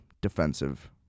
defensive